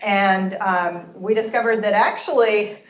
and we discovered that, actually,